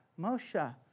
Moshe